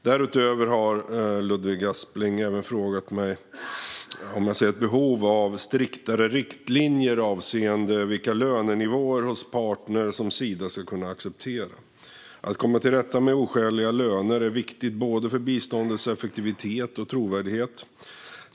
Därutöver har Ludvig Aspling frågat om jag ser ett behov av striktare riktlinjer avseende vilka lönenivåer hos partner som Sida ska kunna acceptera. Att komma till rätta med oskäliga löner är viktigt för biståndets effektivitet och trovärdighet.